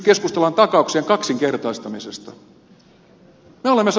me olemme sanoneet sen